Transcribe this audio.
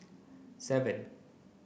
seven